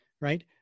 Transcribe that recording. right